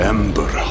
Ember